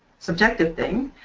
subjective thing.